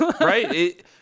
right